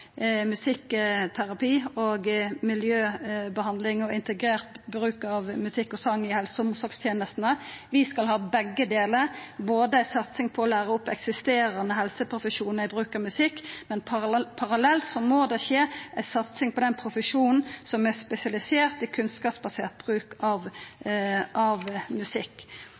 musikkterapi, miljøbehandling og integrert bruk av musikk og song i helse- og omsorgstenestene. Vi skal ha begge delar – både satsing på å læra opp eksisterande helseprofesjonar i bruk av musikk og parallelt ei satsing på den profesjonen som er spesialisert i kunnskapsbasert bruk av musikk.